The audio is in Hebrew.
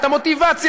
את המוטיבציה,